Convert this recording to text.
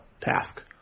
task